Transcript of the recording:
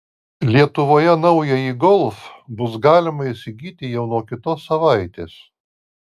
lietuvoje naująjį golf bus galima įsigyti jau nuo kitos savaitės